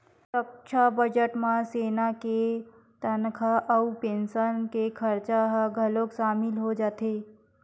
रक्छा बजट म सेना के तनखा अउ पेंसन के खरचा ह घलोक सामिल हो जाथे